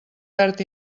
verd